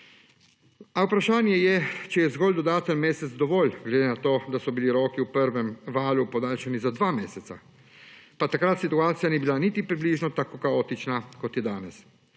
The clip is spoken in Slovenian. A vprašanje je, ali je zgolj dodatni mesec dovolj, glede na to, da so bili roki v prvem valu podaljšani za dva meseca, pa takrat situacija ni bila niti približno tako kaotična, kot je danes.